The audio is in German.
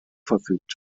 verfügt